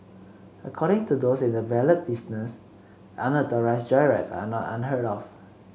according to those in the valet business unauthorised joyrides are not unheard of